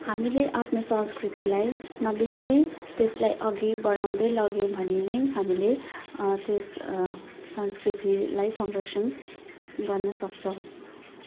हामीले आफ्नो संस्कृतिलाई नबिर्सी त्यसलाई अघि बढाउँदै लग्यौँ भने नै हामीले त्यस संस्कृतिलाई संरक्षण गर्न सक्छौँ